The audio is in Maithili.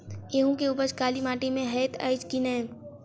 गेंहूँ केँ उपज काली माटि मे हएत अछि की नै?